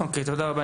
תודה רבה.